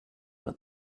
but